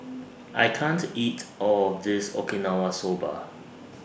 I can't eat All of This Okinawa Soba